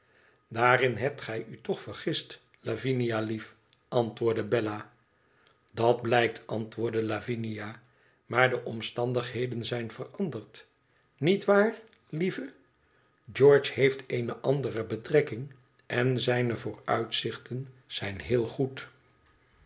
daarin hebt gij u toch vergist lavinia lief antwoordde bella dat blijkt antwoordde lavinia maar de omstandigheden zijn veranderd niet waar lieve george heeft eene andere betrekking en zijne vooruitzichten zijn heel goed